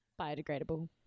Biodegradable